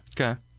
Okay